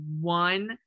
one